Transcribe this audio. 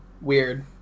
weird